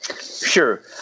Sure